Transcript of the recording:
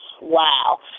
wow